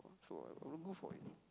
so good for you